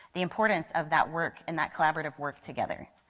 the importance of that work and that collaborative work together.